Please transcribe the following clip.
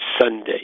Sunday